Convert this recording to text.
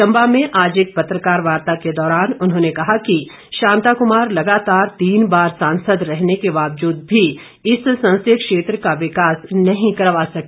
चम्बा में आज एक पत्रकार वार्ता के दौरान उन्होंने कहा कि शांता कुमार लगातार तीन बार सांसद रहने के बावजूद भी इस संसदीय क्षेत्र का विकास नहीं करवा सके